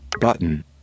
button